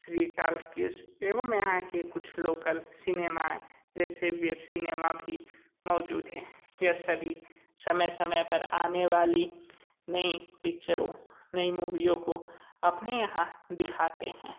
Shri talkies एवं यहाँ के कुछ लोकल सिनेमा जैसे वेब सिनेमा भी मौजूद हैं यह सभी समय समय पर आने वाली नई पिक्चरों नई मूवीओं को अपने यहाँ दिखाते हैं